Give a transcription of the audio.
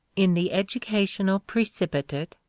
in the educational precipitate,